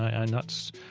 and that's,